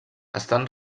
estan